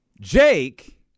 Jake